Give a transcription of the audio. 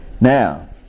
Now